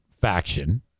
faction